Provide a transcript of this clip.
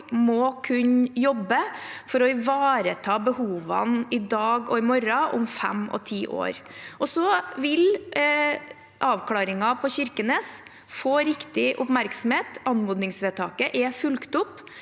må kunne jobbe for å ivareta behovene i dag, i morgen og om fem og ti år. Og så vil avklaringen på Kirkenes få riktig oppmerksomhet. Anmodningsvedtaket er fulgt opp,